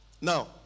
Now